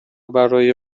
برای